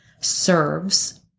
serves